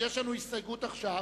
יש לנו הסתייגות עכשיו,